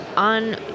On